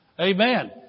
Amen